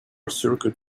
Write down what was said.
circuit